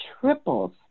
triples